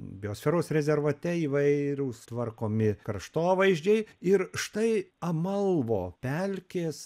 biosferos rezervate įvairūs tvarkomi kraštovaizdžiai ir štai amalvo pelkės